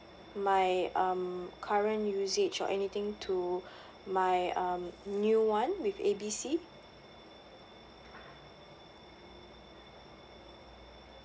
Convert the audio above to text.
my um current usage or anything to my um new one with A B C